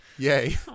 Yay